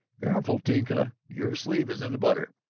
careful, tinka, your sleeve is in the butter.